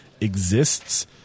exists